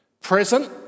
Present